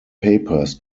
papers